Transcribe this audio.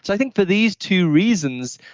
i think for these two reasons,